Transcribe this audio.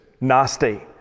nasty